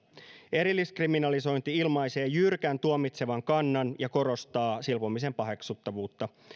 erilliskriminalisointi ilmaisee jyrkän tuomitsevan kannan ja korostaa silpomisen paheksuttavuutta